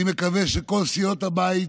אני מקווה שכל סיעות הבית,